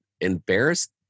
embarrassed